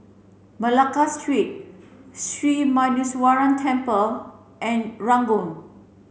Malacca Street Sri Muneeswaran Temple and Ranggung